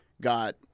got